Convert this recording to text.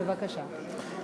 בבקשה.